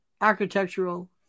architectural